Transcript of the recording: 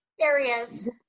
areas